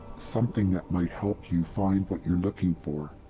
something that might help you find what you're looking for.